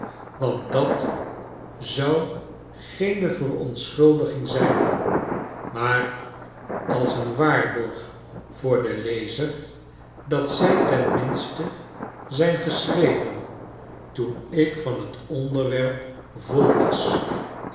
want dat zou geene verontschuldiging zijn maar als een waarborg voor den lezer dat zij ten minste zijn geschreven toen ik van het onderwerp vol was